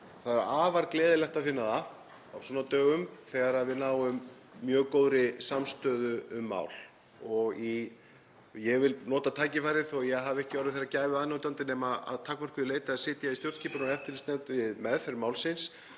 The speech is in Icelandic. Það er afar gleðilegt að finna það á svona dögum þegar við náum mjög góðri samstöðu um mál. Ég vil nota tækifærið, þótt ég hafi ekki orðið þeirrar gæfu aðnjótandi nema að takmörkuðu leyti að sitja í stjórnskipunar- og eftirlitsnefnd við meðferð málsins,